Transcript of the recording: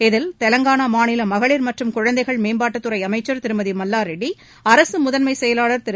இதில் தெலங்கானா மாநில மகளிர் மற்றும் குழந்தைகள் மேம்பாட்டுத்துறை அமைச்சர் திருமதி மல்லா ரெட்டி அரசு முதன்மைச் செயவாளர் திரு